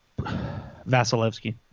Vasilevsky